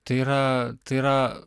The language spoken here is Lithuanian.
tai yra tai yra